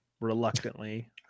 Reluctantly